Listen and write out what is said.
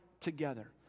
together